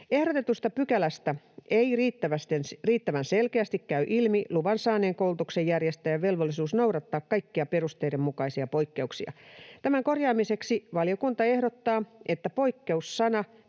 Ehdotetusta pykälästä ei riittävän selkeästi käy ilmi luvan saaneen koulutuksenjärjestäjän velvollisuus noudattaa kaikkia perusteiden mukaisia poikkeuksia. Tämän korjaamiseksi valiokunta ehdottaa, että poikkeus-sana